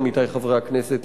עמיתי חברי הכנסת,